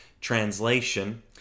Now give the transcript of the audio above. translation